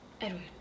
Edward